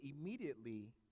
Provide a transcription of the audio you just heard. immediately